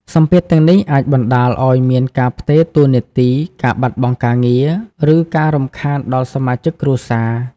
សម្ពាធទាំងនេះអាចបណ្ដាលឲ្យមានការផ្ទេរតួនាទី ការបាត់បង់ការងារ ឬការរំខានដល់សមាជិកគ្រួសារ។